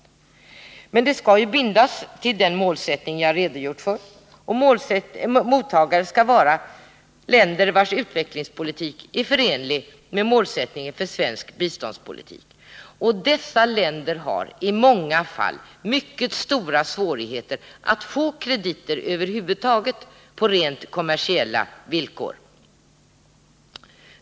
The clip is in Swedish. Jag vill dock peka på att systemet med sådana krediter skall bindas till den målsättning jag redogjort för, och mottagare skall vara sådana länder vars utvecklingspolitik är förenlig med målsättningen för svensk biståndspolitik. Dessa länder har i många fall stora svårigheter att över huvud taget få krediter på rent kommersiella villkor.